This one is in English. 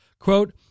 Quote